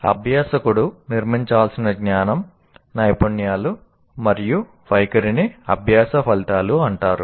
అభ్యాసకుడు నిర్మించాల్సిన జ్ఞానం నైపుణ్యాలు మరియు వైఖరిని అభ్యాస ఫలితాలు అంటారు